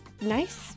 nice